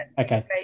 Okay